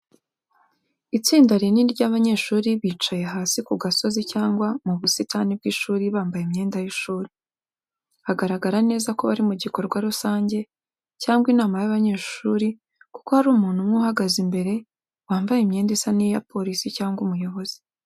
Itsinda rinini ry’abanyeshuri bicaye hasi ku gasozi cyangwa mu busitani bw’ishuri bambaye imyenda y’ishuri. Hagaragara neza ko bari mu gikorwa rusange cyangwa inama y’abanyeshuri kuko hari umuntu umwe uhagaze imbere wambaye imyenda isa n’iya polisi cyangwa umuyobozi.